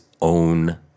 own